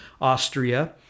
Austria